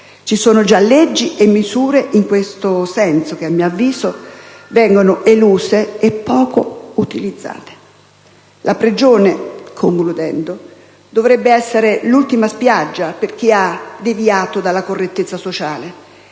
Ci sono già leggi e misure in questo senso che, a mio avviso, vengono eluse o poco utilizzate. La prigione - concludendo - dovrebbe essere l'ultima spiaggia per chi ha deviato dalla correttezza sociale.